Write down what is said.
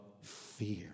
fear